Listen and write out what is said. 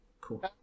cool